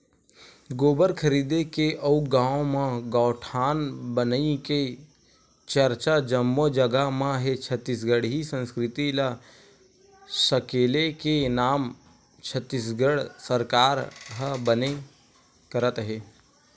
गोबर खरीदे के अउ गाँव म गौठान बनई के चरचा जम्मो जगा म हे छत्तीसगढ़ी संस्कृति ल सकेले के काम छत्तीसगढ़ सरकार ह बने करत हे